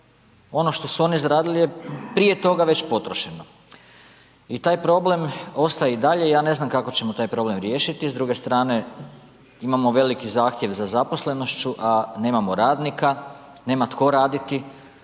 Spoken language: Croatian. ono što su oni izradili je prije toga već potrošeno i taj problem ostaje i dalje, ja ne znam kako ćemo taj problem riješiti, s druge strane imamo veliki zahtjev za zaposlenošću a nemamo radnika, nema tko raditi,